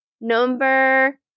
Number